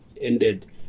ended